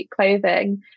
clothing